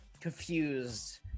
Confused